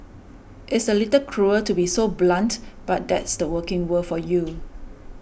it's a little cruel to be so blunt but that's the working world for you